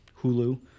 Hulu